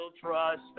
trust